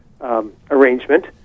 arrangement